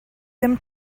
him